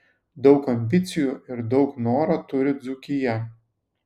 daug ambicijų ir daug noro turi dzūkija